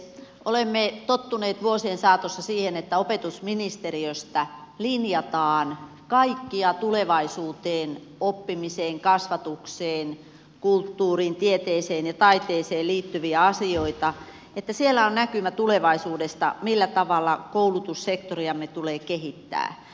olemme tottuneet vuosien saatossa siihen että opetusministeriöstä linjataan kaikkia tulevaisuuteen oppimiseen kasvatukseen kulttuuriin tieteeseen ja taiteeseen liittyviä asioita ja että siellä on näkymä tulevaisuudesta siitä millä tavalla koulutussektoriamme tulee kehittää